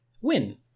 win